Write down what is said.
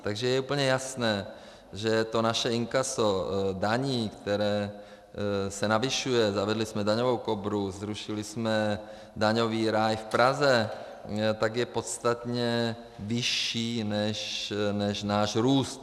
Takže je úplně jasné, že to naše inkaso daní, které se navyšuje, zavedli jsme Daňovou Kobru, zrušili jsme daňový ráj v Praze, tak je podstatně vyšší než náš růst.